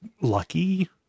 lucky